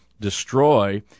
destroy